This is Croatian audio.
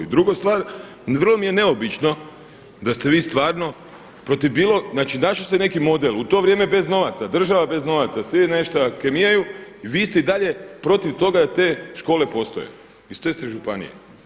Druga stvar, vrlo mi je neobično da ste vi stvarno protiv bilo, znači našao se neki model u to vrijeme bez novaca, država bez novaca, svi nešto kemijaju i vi ste i dalje protiv toga, te škole postoje iz te iste županije.